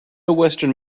western